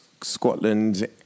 Scotland